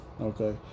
okay